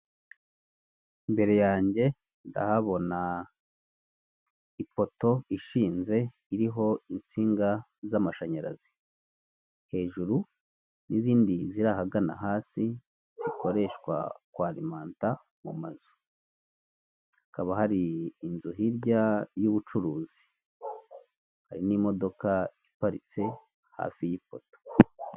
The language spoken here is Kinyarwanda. Imbere yanjye ndahabona ipoto ishinze iriho insinga z' amashanyarazi. Hejuru n'izindi zirahagana hasi zikoreshwa kwalimanta mu mazu. Hakaba hari inzu hirya y'ubucuruzi, hari n'imodoka iparitse hafi y'ipoto.